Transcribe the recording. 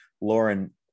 Lauren